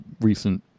recent